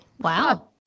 Wow